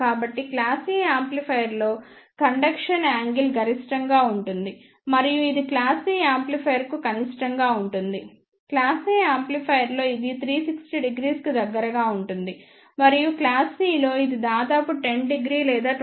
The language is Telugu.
కాబట్టి క్లాస్ A యాంప్లిఫైయర్ లో కండక్షన్ యాంగిల్ గరిష్టంగా ఉంటుంది మరియు ఇది క్లాస్ C యాంప్లిఫైయర్కు కనిష్టంగా ఉంటుంది క్లాస్ A యాంప్లిఫైయర్ లో ఇది 3600 కి దగ్గర గా ఉంటుంది మరియు క్లాస్ C లో ఇది దాదాపు 100 లేదా 200